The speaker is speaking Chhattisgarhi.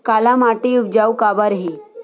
काला माटी उपजाऊ काबर हे?